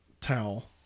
towel